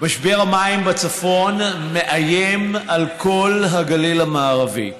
משבר המים בצפון מאיים על כל הגליל המערבי.